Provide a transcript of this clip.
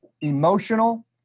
emotional